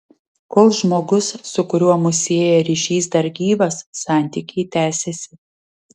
kol žmogus su kuriuo mus sieja ryšys dar gyvas santykiai tęsiasi